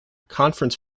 conference